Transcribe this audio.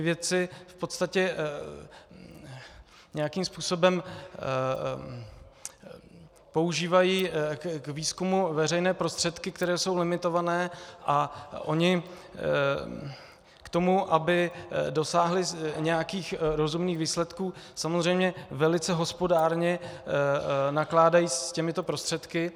Vědci v podstatě nějakým způsobem používají k výzkumu veřejné prostředky, které jsou limitované, a oni k tomu, aby dosáhli nějakých rozumných výsledků, samozřejmě velice hospodárně nakládají s těmito prostředky.